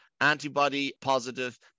antibody-positive